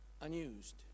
unused